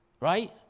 right